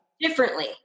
differently